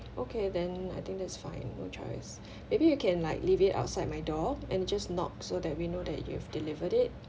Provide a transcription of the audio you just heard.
okay then I think that's fine no choice maybe you can like leave it outside my door and you just knock so that we know that you've delivered it